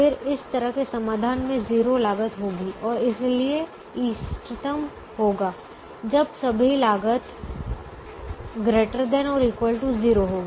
फिर इस तरह के समाधान में 0 लागत होगी और इसलिए इष्टतम होगा जब सभी लागत ≥ 0 होगी